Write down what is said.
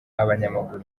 abanyamaguru